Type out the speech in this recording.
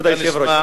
כבוד היושב-ראש.